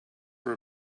for